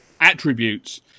attributes